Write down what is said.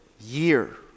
year